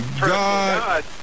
God